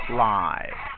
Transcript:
live